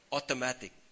Automatic